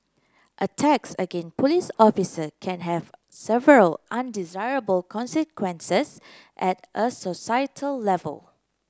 attacks again police officer can have several undesirable consequences at a societal level